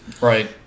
Right